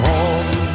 Home